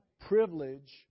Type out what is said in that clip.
privilege